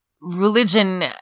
religion